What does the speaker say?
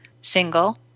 Single